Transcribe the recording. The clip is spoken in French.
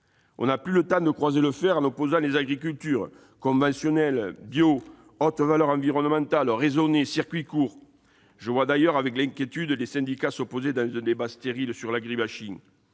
n'avons plus le temps de croiser le fer en opposant les agricultures : conventionnelle, bio, à haute valeur environnementale, raisonnée, à circuit court ... Je vois d'ailleurs avec inquiétude les syndicats s'opposer dans un débat stérile sur l'agri-bashing.